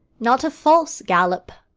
not a false gallop.